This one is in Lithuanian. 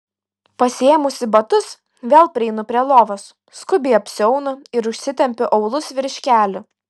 pasiėmusi batus vėl prieinu prie lovos skubiai apsiaunu ir užsitempiu aulus virš kelių